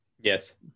Yes